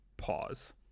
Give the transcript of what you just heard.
pause